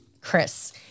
Chris